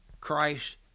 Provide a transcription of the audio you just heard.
Christ